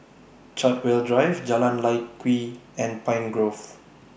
Chartwell Drive Jalan Lye Kwee and Pine Grove